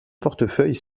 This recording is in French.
portefeuille